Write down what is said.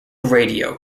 radio